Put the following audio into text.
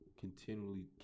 continually